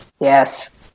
Yes